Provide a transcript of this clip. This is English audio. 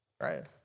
Right